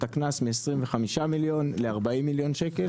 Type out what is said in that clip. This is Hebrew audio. הקנס מ- 25 מיליון ל- 40 מיליון שקל,